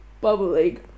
bubbling